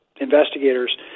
investigators